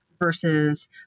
versus